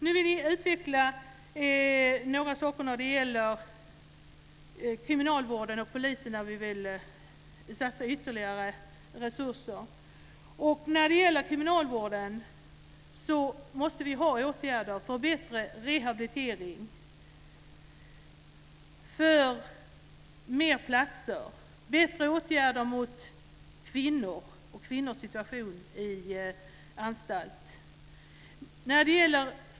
Vi vill utveckla några saker när det gäller kriminalvården och polisen. Vi vill satsa ytterligare resurser på detta. När det gäller kriminalvården måste vi ha åtgärder för bättre rehabilitering. Vi måste ha fler platser och bättre åtgärder när det gäller kvinnors situation i anstalt.